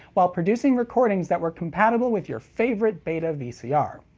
while producing recordings that were compatible with your favorite beta vcr.